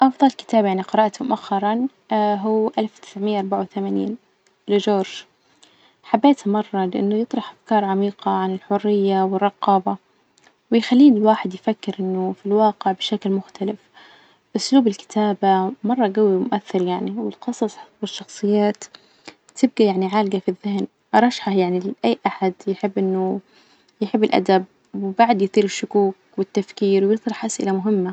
أفضل كتاب أني قرأته مؤخرا هو ألف تسعمية أربعة وثمانين لجورج، حبيته مرة لإنه يطرح أفكار عميقة عن الحرية والرقابة، ويخليه الواحد يفكر إنه في الواقع بشكل مختلف، أسلوب الكتابة مرة جوي ومؤثر يعني، والقصص والشخصيات تبجى يعني عالجة في الذهن، أرشحه يعني لأي أحد يحب إنه يحب الأدب، وبعد يثير الشكوك والتفكير ويطرح أسئلة مهمة.